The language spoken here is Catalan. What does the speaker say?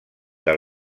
del